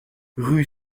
rue